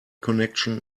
connection